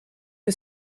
que